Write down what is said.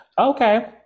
Okay